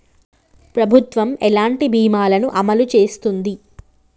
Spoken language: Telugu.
ప్రభుత్వం ఎలాంటి బీమా ల ను అమలు చేస్తుంది?